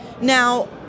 Now